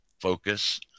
focus